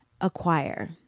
acquire